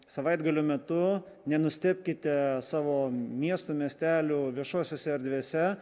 savaitgalio metu nenustebkite savo miestų miestelių viešosiose erdvėse